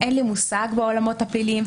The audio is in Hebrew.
אין לי מושג בעולמות הפליליים,